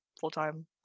full-time